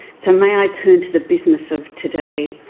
so may i turn to the business of today.